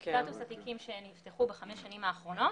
שנפתחו בחמש השנים האחרונות,